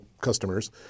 customers